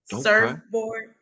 surfboard